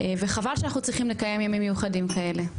וחבל שאנחנו צריכים לקיים ימים מיוחדים כאלה,